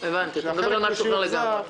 מה שיוחזר,